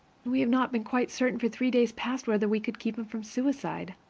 we have not been quite certain for three days past whether we could keep him from suicide.